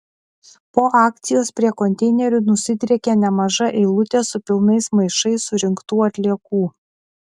po akcijos prie konteinerių nusidriekė nemaža eilutė su pilnais maišais surinktų atliekų